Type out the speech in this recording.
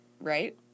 right